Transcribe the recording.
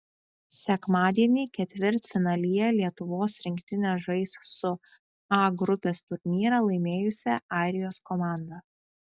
sekmadienį ketvirtfinalyje lietuvos rinktinė žais su a grupės turnyrą laimėjusia airijos komanda